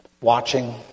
watching